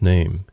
Name